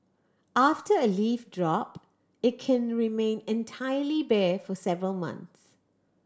after a leaf drop it can remain entirely bare for several months